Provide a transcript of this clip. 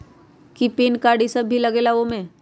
कि PAN card इ सब भी लगेगा वो में?